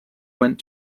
went